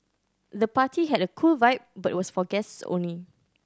the party had a cool vibe but was for guests only